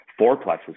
fourplexes